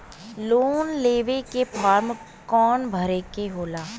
Loan लेवे के form कौन भरे के होला?